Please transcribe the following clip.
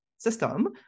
system